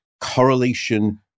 correlation